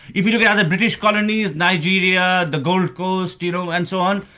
if you look at other british colonies, nigeria, the gold coast you know and so on,